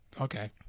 Okay